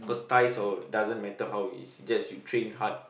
size or doesn't matter how is just you train hard